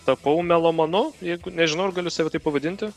tapau melomanu jeigu nežinau ar galiu save taip pavadinti